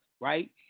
right